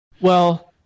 Well-